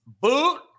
boot